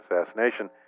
assassination